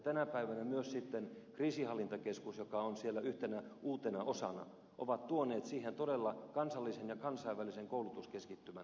tänä päivänä nämä ja myös kriisinhallintakeskus joka on siellä yhtenä uutena osana ovat tuoneet todella kansallisen ja kansainvälisen koulutuskeskittymän tälle alalle